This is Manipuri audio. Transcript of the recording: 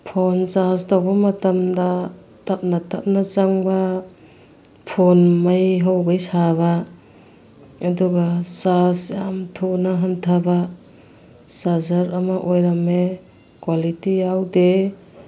ꯐꯣꯟ ꯆꯥꯔꯖ ꯇꯧꯕ ꯃꯇꯝꯗ ꯇꯞꯅ ꯇꯞꯅ ꯆꯪꯕ ꯐꯣꯟ ꯃꯩ ꯍꯧꯈꯩ ꯁꯥꯕ ꯑꯗꯨꯒ ꯆꯥꯔꯖ ꯌꯥꯝ ꯊꯨꯅ ꯍꯟꯊꯕ ꯆꯥꯔꯖꯔ ꯑꯃ ꯑꯣꯏꯔꯝꯃꯦ ꯀ꯭ꯋꯥꯂꯤꯇꯤ ꯌꯥꯎꯗꯦ